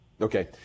Okay